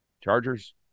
Chargers